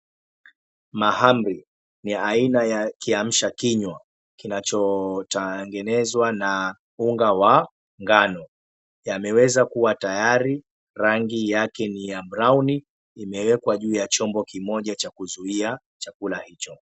Mahamri ni aina ya kiamsha kinywa kinachotengenezwa na unga wa ngano, yameweza kuwa tayari, rangi yake ni ya brauni imewekwa juu ya chombo kimoja cha kuzuia chakula hicho.